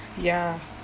ya